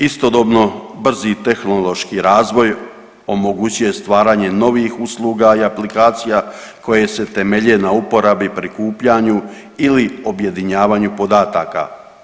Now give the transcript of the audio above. Istodobno brzi tehnološki razvoj omogućuje stvaranje novih usluga i aplikacija koje se temelje na uporabi, prikupljanju ili objedinjavanju podataka.